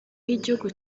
y’igihugu